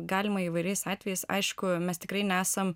galima įvairiais atvejais aišku mes tikrai nesam